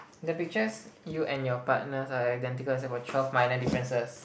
the pictures you and your partners are identical except for twelve minor differences